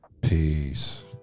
Peace